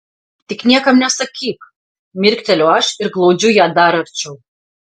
tik niekam nesakyk mirkteliu aš ir glaudžiu ją dar arčiau